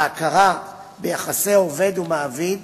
ההכרה ביחסי עובד ומעביד